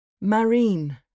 Marine